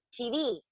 TV